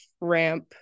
ramp